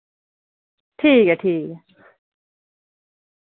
ठीक ऐ ठीक ऐ